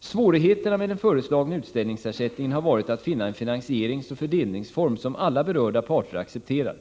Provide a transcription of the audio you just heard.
Svårigheterna med den föreslagna utställningsersättningen har varit att finna en finansieringsoch fördelningsform som alla berörda parter accepterar.